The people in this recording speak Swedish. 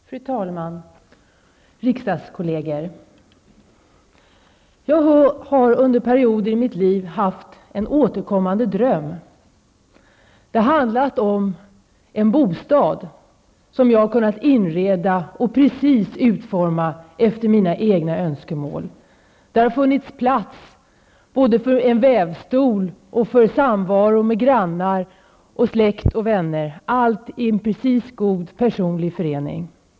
Fru talman! Riksdagskollegor! Jag har under perioder i mitt liv haft en återkommande dröm. Den har handlat om en bostad som jag har kunnat inreda och utforma precis efter mina egna önskemål. Det har funnits plats både för en vävstol och för samvaro med grannar, släkt och vänner, allt i en god personlig förening.